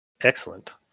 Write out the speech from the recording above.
Excellent